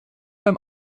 beim